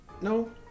no